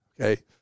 okay